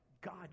God